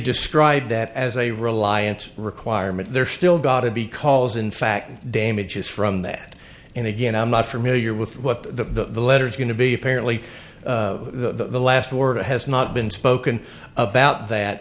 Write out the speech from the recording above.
described that as a reliance requirement there still got to be calls in fact damages from that and again i'm not familiar with what the letter is going to be apparently the last word has not been spoken about that